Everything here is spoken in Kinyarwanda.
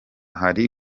hari